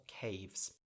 caves